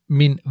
min